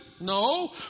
no